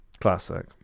classic